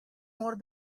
more